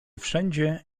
wszędzie